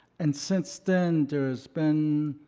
and since then, there's been